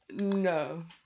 No